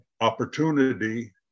opportunity